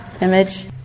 Image